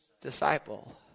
disciple